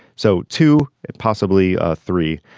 so two possibly ah three.